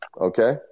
Okay